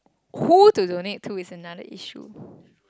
who to donate to is another issue